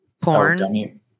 Porn